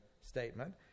statement